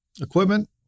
equipment